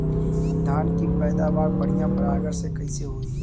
धान की पैदावार बढ़िया परागण से कईसे होई?